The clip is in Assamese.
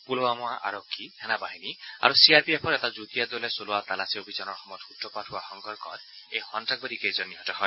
পুলৱামা আৰক্ষী সেনা বাহিনী আৰু চি আৰ পি এফৰ এটা যুটীয়া দলে চলোৱা তালাচী অভিযানৰ সময়ত সূত্ৰপাত হোৱা সংঘৰ্ষত এই সন্নাসবাদীকেইজন নিহত হয়